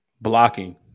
blocking